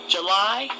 July